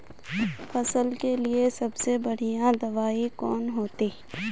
फसल के लिए सबसे बढ़िया दबाइ कौन होते?